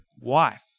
wife